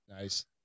nice